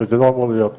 וזה לא אמור להיות כך.